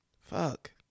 Fuck